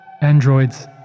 Androids